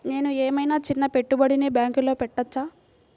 నేను ఏమయినా చిన్న పెట్టుబడిని బ్యాంక్లో పెట్టచ్చా?